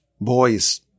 boy's